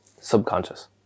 subconscious